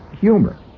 humor